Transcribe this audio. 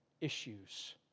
issues